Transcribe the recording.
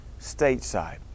stateside